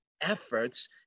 efforts